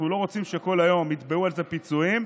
אנחנו לא רוצים שכל היום יתבעו על זה פיצויים,